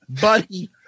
Buddy